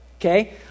okay